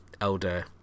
elder